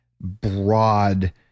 broad